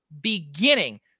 beginning